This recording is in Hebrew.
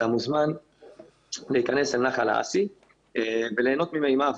אתה מוזמן להיכנס לנחל האסי וליהנות ממימיו.